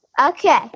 Okay